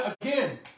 again